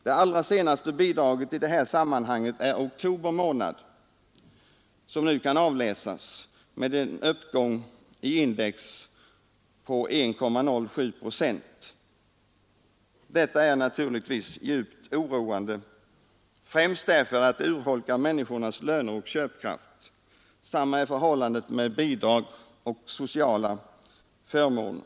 Det allra senaste bidraget i det här sammanhanget är oktober månad, som nu kan avläsas, med en uppgång i index på 1,07 procent. Detta är djupt oroande, främst därför att det urholkar människornas löner och köpkraft. Sam ma är förhållandet med bidrag och sociala förmåner.